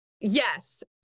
yes